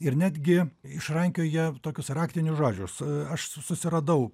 ir netgi išrankioja tokius raktinius žodžius aš susiradau